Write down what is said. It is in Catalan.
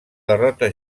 derrota